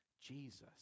Jesus